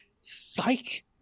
Psych